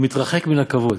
ומתרחק מן הכבוד,